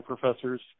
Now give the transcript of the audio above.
professors